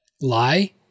lie